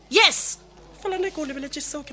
yes